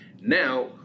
Now